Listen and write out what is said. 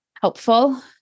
helpful